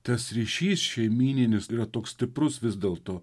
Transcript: tas ryšys šeimyninis yra toks stiprus vis dėl to